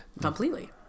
completely